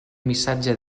missatge